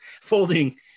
folding